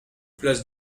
place